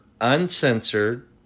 uncensored